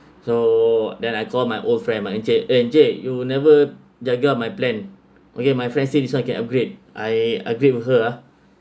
so then I called my old friend my encik eh encik you never jaga my plan okay my friend say this one can upgrade I upgrade with her ah